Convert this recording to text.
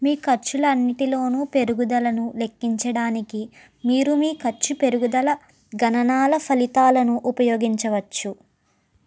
మీ ఖర్చుల అన్నిటిలోనూ పెరుగుదలను లెక్కించడానికి మీరు మీ ఖర్చు పెరుగుదల గణనాల ఫలితాలను ఉపయోగించవచ్చు